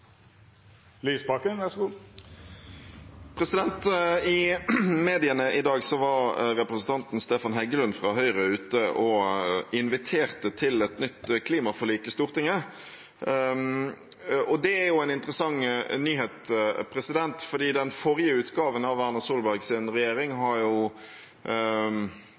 I mediene i dag var representanten Stefan Heggelund fra Høyre ute og inviterte til et nytt klimaforlik i Stortinget. Det er en interessant nyhet, for den forrige utgaven av Erna Solbergs regjering har jo